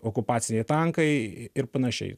okupaciniai tankai ir panašiai